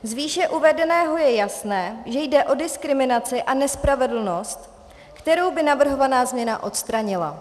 Z výše uvedeného je jasné, že jde o diskriminaci a nespravedlnost, kterou by navrhovaná změna odstranila.